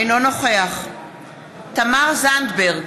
אינו נוכח תמר זנדברג,